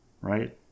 right